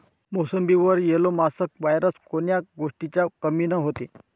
मोसंबीवर yellow mosaic virus कोन्या गोष्टीच्या कमीनं होते?